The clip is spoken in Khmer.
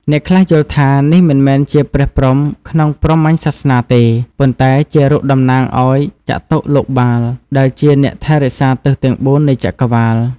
អ្នកខ្លះយល់ថា នេះមិនមែនជាព្រះព្រហ្មក្នុងព្រហ្មញ្ញសាសនាទេ ប៉ុន្តែជារូបតំណាងឱ្យ ចតុលោកបាល ដែលជាអ្នកថែរក្សាទិសទាំងបួននៃចក្រវាឡ។